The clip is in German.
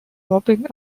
mobbing